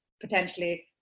potentially